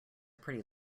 pretty